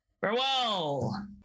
farewell